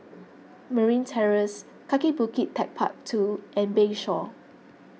Marine Terrace Kaki Bukit Techpark two and Bayshore